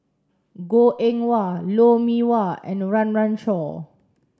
Goh Eng Wah Lou Mee Wah and Run Run Shaw